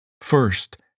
First